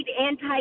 anti